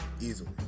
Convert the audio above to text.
Easily